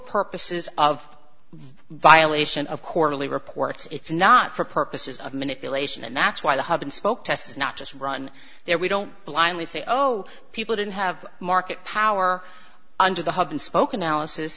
purposes of violation of quarterly reports it's not for purposes of manipulation and that's why the hub and spoke tests not just run there we don't blindly say oh people didn't have market power under the hub and spoke analysis